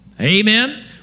Amen